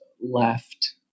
left